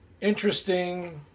interesting